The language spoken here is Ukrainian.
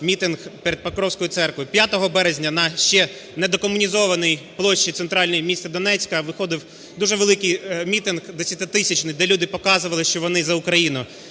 мітинг перед Покровською церквою. 5 березня на ще недокомунізованій площі центральній міста Донецька виходив дуже великий мітинг, десятитисячний, де люди показували, що вони за Україну.